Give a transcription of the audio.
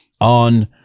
on